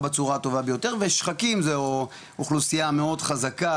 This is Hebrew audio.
בצורה הטובה ביותר ו"שחקים" זה אוכלוסייה מאוד חזקה,